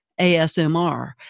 ASMR